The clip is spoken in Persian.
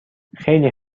خیلی